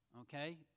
Okay